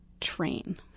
train